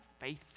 faith